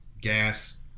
gas